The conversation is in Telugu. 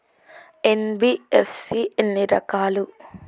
ఎన్.బి.ఎఫ్.సి ఎన్ని రకాలు?